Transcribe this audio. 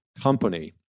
company